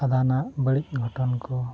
ᱟᱫᱷᱟᱱᱟᱜ ᱵᱟᱹᱲᱤᱡ ᱜᱷᱚᱴᱚᱱ ᱠᱚ